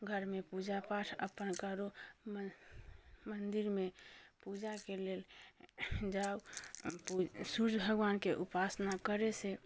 घरमे पूजा पाठ अपन करू मन मन्दिरमे पूजा के लेल जाउ सूर्य भगवानके उपासना करैसँ